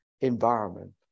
environment